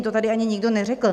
To tady ani nikdo neřekl.